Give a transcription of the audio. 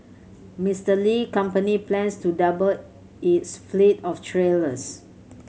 Mister Li company plans to double its fleet of trailers